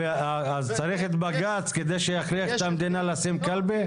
אז צריך את בג"ץ כדי שיכריח את המדינה לשים קלפי?